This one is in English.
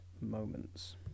moments